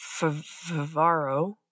Favaro